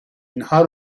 اینها